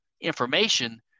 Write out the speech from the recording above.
information